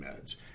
meds